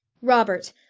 robert,